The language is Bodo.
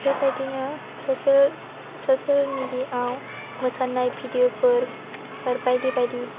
बेबायदिनो ससियेल मेडियायाव मोसानाय भिडिअफोर बायदि बायदि